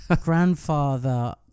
grandfather